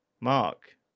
Mark